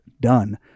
done